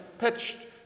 pitched